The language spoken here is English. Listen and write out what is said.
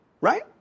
right